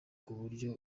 kuburyo